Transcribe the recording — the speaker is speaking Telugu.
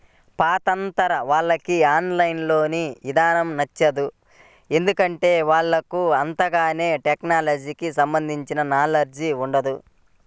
పాతతరం వాళ్లకి ఆన్ లైన్ ఇదానం నచ్చదు, ఎందుకంటే వాళ్లకు అంతగాని టెక్నలజీకి సంబంధించిన నాలెడ్జ్ ఉండదు